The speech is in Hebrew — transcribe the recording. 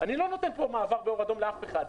אני לא נותנת מעבר באור אדום לאף אחד.